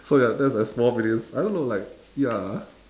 so ya that's like small meaningless I don't know like ya